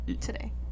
today